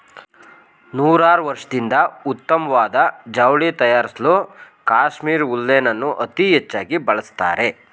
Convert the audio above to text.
ನೂರಾರ್ವರ್ಷದಿಂದ ಉತ್ತಮ್ವಾದ ಜವ್ಳಿ ತಯಾರ್ಸಲೂ ಕಾಶ್ಮೀರ್ ಉಲ್ಲೆನನ್ನು ಅತೀ ಹೆಚ್ಚಾಗಿ ಬಳಸ್ತಾರೆ